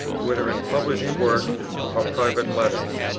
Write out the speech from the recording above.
whether in published works or private letters?